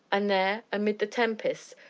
and there, amid the tempest,